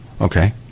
okay